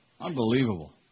Unbelievable